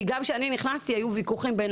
כי גם כשאני נכנסתי היו ויכוחים בין